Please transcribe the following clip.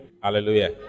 Hallelujah